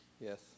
yes